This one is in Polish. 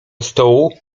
stołu